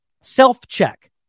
self-check